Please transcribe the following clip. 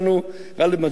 יגידו שאנחנו אנשים טובים,